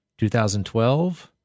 2012